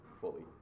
fully